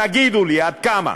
תגידו לי, עד כמה?